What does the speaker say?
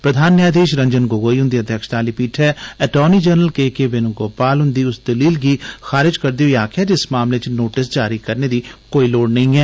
प्रधान न्यायधीश रंजन गोगोई हुंदी अगुवाई आली पीठै attorney general K K Venugopal हुंदी उस दलील गी खारज करदे होई आकखेआ ऐ जे इस मामले च नोटिस जारी करने दी कोई लोड़ नेई ऐ